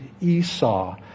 Esau